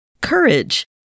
courage